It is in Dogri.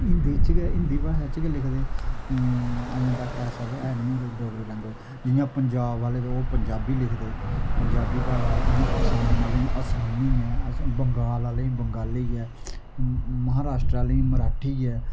हिंदी बिच गै हिंदी भाशा च गै लिखदे अजे तक ऐसा ते है नी कोई डोगरी लेंगबेंज जियां पजांब आहले ओह् पंजाबी लिखदे पंजाबी भाशा जियां आसाम आहले आसामी जियां बंगाल आहले बंगाली ऐ महाराष्ट्र आहले मराठी ऐ